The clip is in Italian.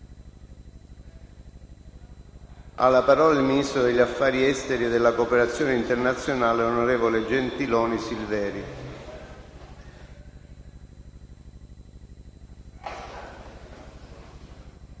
di parlare il ministro degli affari esteri e della cooperazione internazionale, onorevole Gentiloni Silveri.